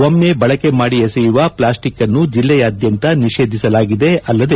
ಒಮ್ನೆ ಬಳಕೆ ಮಾಡಿ ಎಸೆಯುವ ಪ್ಲಾಸ್ಸಿಕ್ ಅನ್ನು ಜಿಲ್ಲೆಯಾದ್ಧಂತ ನಿಷೇಧಿಸಲಾಗಿದೆ ಅಲ್ಲದೆ